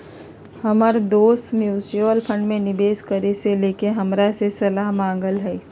हमर दोस mutual fund में निवेश करे से लेके हमरा से सलाह मांगलय ह